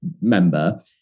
member